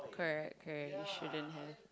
correct correct you shouldn't have